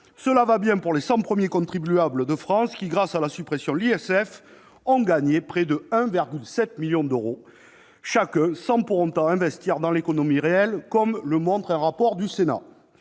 Cela va bien pour les 100 premiers contribuables de France, qui, grâce à la suppression de l'impôt de solidarité sur la fortune (ISF), ont gagné près de 1,7 million d'euros chacun sans pour autant investir dans l'économie réelle, comme le montre un rapport du Sénat.